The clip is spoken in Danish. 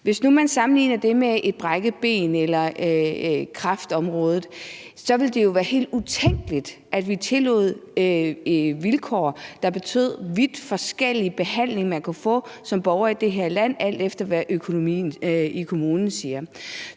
Hvis man nu sammenligner det med et brækket ben eller med kræftområdet, ville det jo være helt utænkeligt, at vi tillod vilkår, der betød, at man som borger i det her land kunne få en vidt forskellig behandling, alt efter hvad økonomien i kommunen sagde.